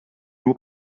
nur